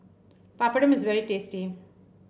papadum is very tasty